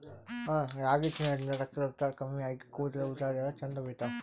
ರಾಗಿ ತಿನ್ನದ್ರಿನ್ದ ರಕ್ತದ್ ಒತ್ತಡ ಕಮ್ಮಿ ಆಗಿ ಕೂದಲ ಉದರಲ್ಲಾ ಛಂದ್ ಬೆಳಿತಾವ್